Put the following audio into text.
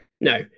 No